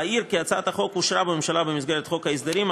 אעיר כי הצעת החוק אושרה בממשלה במסגרת חוק ההסדרים,